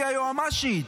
גברתי היועמ"שית.